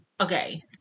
okay